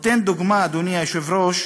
נותן דוגמה, אדוני היושב-ראש,